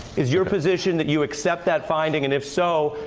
is your position that you accept that finding and if so,